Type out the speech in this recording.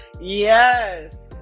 Yes